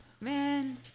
Man